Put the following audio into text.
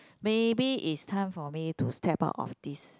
maybe is time for me to step out of this